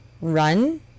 run